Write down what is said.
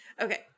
okay